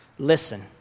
Listen